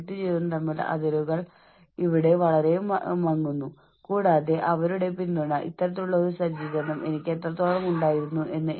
അതിനാൽ നിങ്ങളുടെ കംഫർട്ട് ലെവലുകൾ നോക്കുന്ന ഒരു ഓർഗനൈസേഷനോട് ഒരു മെച്ചപ്പെട്ട വിശ്വസ്തതാബോധം ഉണ്ടാകുന്നു